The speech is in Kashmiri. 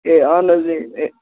ہے اَہَن حظ ہے